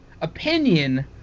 opinion